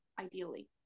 ideally